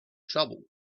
trouble